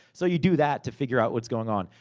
so you do that, to figure out what's going on.